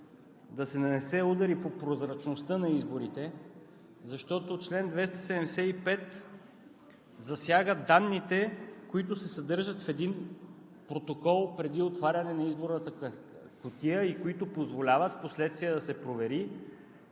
да се нанесе удар и по прозрачността на изборите, защото чл. 275 засяга данните, които се съдържат в един протокол преди отваряне на изборната кутия и които позволяват впоследствие да се провери